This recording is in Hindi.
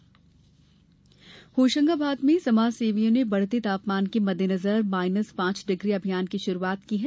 माइनस अभियान होशंगाबाद में समाज सेवियो ने बढ़ते तापमान के मददेनजर माइनस पांच डिग्री अभियान की शुरुआत की है